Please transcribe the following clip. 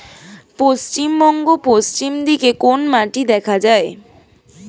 পশ্চিমবঙ্গ পশ্চিম দিকে কোন মাটি দেখা যায়?